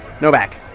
Novak